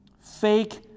fake